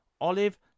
olive